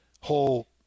whole